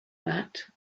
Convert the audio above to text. that